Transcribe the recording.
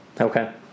Okay